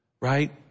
right